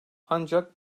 ancak